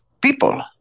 people